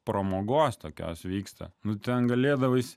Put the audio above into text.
pramogos tokios vyksta nu ten galėdavai